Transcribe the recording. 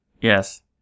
Yes